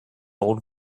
old